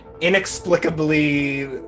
inexplicably